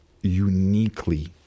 uniquely